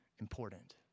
important